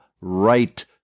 right